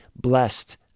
blessed